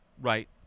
right